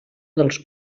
dels